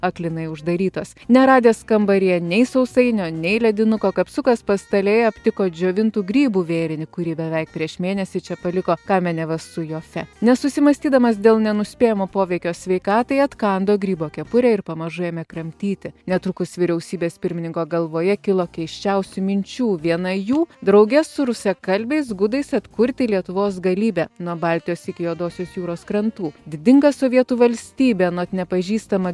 aklinai uždarytos neradęs kambaryje nei sausainio nei ledinuko kapsukas pastalėje aptiko džiovintų grybų vėrinį kurį beveik prieš mėnesį čia paliko kamenevas su jofe nesusimąstydamas dėl nenuspėjamo poveikio sveikatai atkando grybo kepurę ir pamažu ėmė kramtyti netrukus vyriausybės pirmininko galvoje kilo keisčiausių minčių viena jų drauge su rusakalbiais gudais atkurti lietuvos galybę nuo baltijos iki juodosios jūros krantų didinga sovietų valstybė anot nepažįstamą